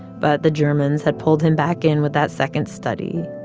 but the germans had pulled him back in with that second study.